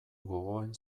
gogoan